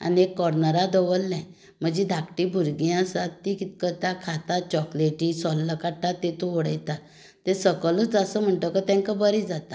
आनी कॉर्नराक दवरलें म्हजीं धाकटीं भुरगीं आसात तीं कितें करता खातात चॉकलेटी सोल्लां काडटात तातूंत उडयतात तें सकलूच आसा म्हणटकच तांकां बरें जाता